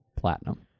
Platinum